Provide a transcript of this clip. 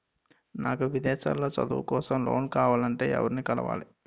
నాకు విదేశాలలో చదువు కోసం లోన్ కావాలంటే ఎవరిని కలవాలి?